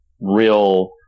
real